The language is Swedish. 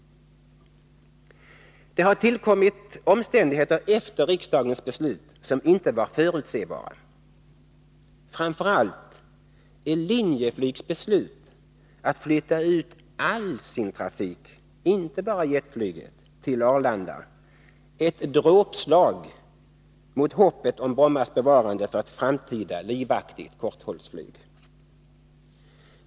Det har tillkommit omständigheter efter riksdagens beslut som inte var förutsebara. Framför allt är Linjeflygs beslut att flytta ut all sin trafik — inte bara jetflyget — till Arlanda ett dråpslag mot hoppet om Brommas bevarande för ett framtida livaktigt korthållsflyg.